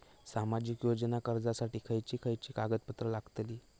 सामाजिक योजना अर्जासाठी खयचे खयचे कागदपत्रा लागतली?